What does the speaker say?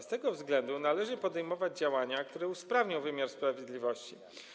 Z tego względu należy podejmować działania, które usprawnią wymiar sprawiedliwości.